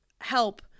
help